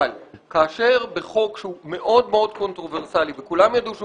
אבל כאשר בחוק שהוא מאוד מאוד קונטרוברסלי וכולם ידעו שהוא